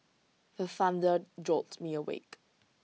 the thunder jolt me awake